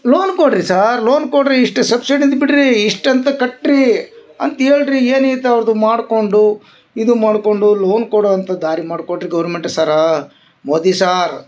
loan ಕೊಡ್ರಿ sir loan ಕೊಡ್ರಿ ಇಷ್ಟು ಸಬ್ಸಿಡಿದ್ ಬಿಡ್ರಿ ಇಷ್ಟು ಅಂತ ಕಟ್ರಿ ಅಂತ ಹೇಳ್ರಿ ಏನು ಐತ ಅವ್ರ್ದು ಮಾಡ್ಕೊಂಡು ಇದು ಮಾಡ್ಕೊಂಡು ಲೋನ್ ಕೊಡೊ ಅಂಥ ದಾರಿ ಮಾಡ್ಕೊಡ್ರಿ ಗೌರ್ಮೆಂಟ್ ಸಾರ್ ಮೋದಿ ಸಾರ್